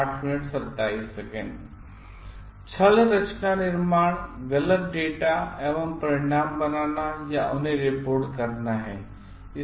छलरचना निर्माण गलत डाटा एवं परिणाम बनाना या उन्हें रिपोर्ट करना है